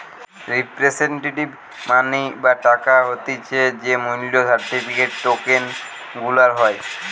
representative money বা টাকা হতিছে যেই মূল্য সার্টিফিকেট, টোকেন গুলার হয়